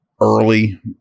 early